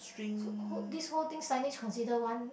so whole this whole thing slightly consider one